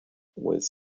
was